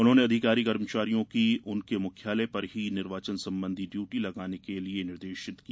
उन्होंने अधिकारी कर्मचारियों की उनके मुख्यालय पर ही निर्वाचन संबंधी डयूटी लगाने के लिये निर्देषित किया